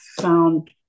found